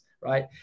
right